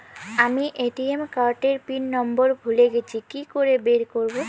আমি ATM card এর PIN number ভুলে গেছি কি করে বের করব?